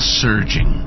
surging